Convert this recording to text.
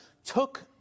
Took